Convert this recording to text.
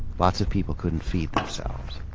lots of people couldn't feed themselves.